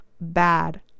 bad